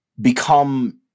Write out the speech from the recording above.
become